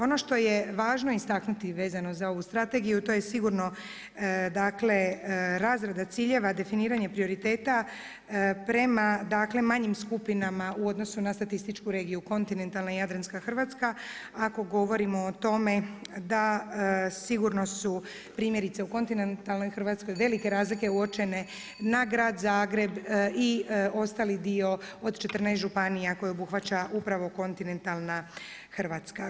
Ono što je važno istaknuti vezano za ovu strategiju to je sigurno dakle, razrada ciljeva, definiranje prioriteta prema manjim skupinama u odnosu na statističku regiju u kontinentalna i jadranska Hrvatska, ako govorimo o tome da sigurno su primjerice u kontinentalnoj Hrvatskoj velike razlike uočene na Grad Zagreb i ostali dio od 14 županija koje obuhvaća upravo kontinentalna Hrvatska.